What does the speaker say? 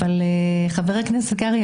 חבר הכנסת קרעי,